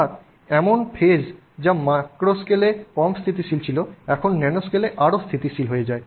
এবং হঠাৎ এমন ফেস যা ম্যাক্রো স্কেলে কম স্থিতিশীল ছিল এখন ন্যানোস্কেলে আরও স্থিতিশীল